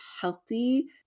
healthy